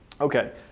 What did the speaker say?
Okay